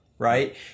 Right